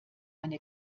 eine